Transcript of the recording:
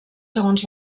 segons